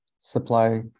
Supply